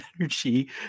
energy